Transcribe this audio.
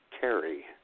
carry